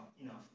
enough